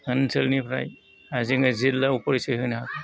ओनसोलनिफ्राय जों जिल्लायाव परिसय होनो हागोन